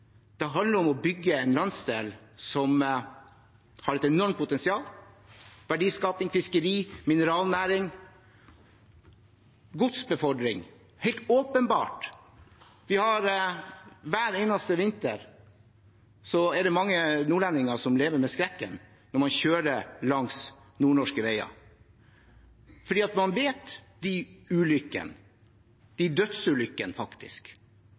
Det handler om å bygge en landsdel som har et enormt potensial i form av verdiskaping, fiskeri og mineralnæring. Ta godsbefordring: Det er helt åpenbart. Hver eneste vinter er det mange nordlendinger som lever med skrekken når man kjører langs nordnorske veier, for man vet om dødsulykkene – de ulykkene